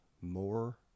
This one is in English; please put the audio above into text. more